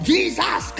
Jesus